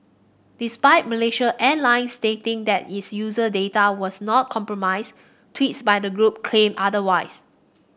despite Malaysia Airlines stating that its user data was not compromised tweets by the group claimed otherwise